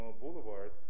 Boulevard